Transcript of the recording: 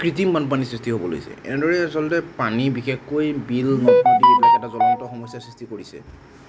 কৃত্ৰিম বানপানীৰ সৃষ্টি হ'ব লৈছে এনেদৰে আচলতে পানী বিশেষকৈ বিল নদ নদী আদিত জ্বলন্ত সমস্যাৰ সৃষ্টি কৰিছে